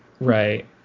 Right